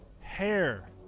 Hair